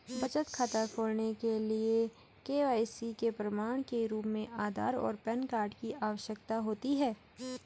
बचत खाता खोलने के लिए के.वाई.सी के प्रमाण के रूप में आधार और पैन कार्ड की आवश्यकता होती है